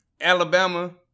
Alabama